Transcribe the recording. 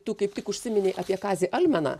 tu kaip tik užsiminei apie kazį almeną